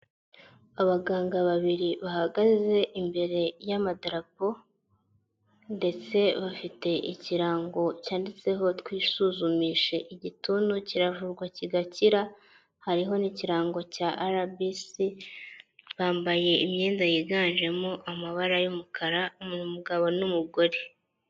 Abaganga babiri bahagaze imbere y'amadarapo, ndetse bafite ikirango cyanditseho twisuzumishe igituntu kiravurwa kigakira, hariho n'ikirango cya rbc. Bambaye imyenda yiganjemo amabara y'umukara umugabo n'umugore.